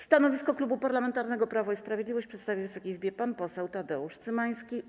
Stanowisko Klubu Parlamentarnego Prawo i Sprawiedliwość przedstawi Wysokiej Izbie pan poseł Tadeusz Cymański.